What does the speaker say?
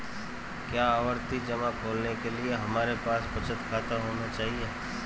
क्या आवर्ती जमा खोलने के लिए हमारे पास बचत खाता होना चाहिए?